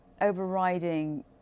overriding